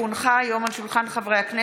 כי הונחו היום על שולחן הכנסת,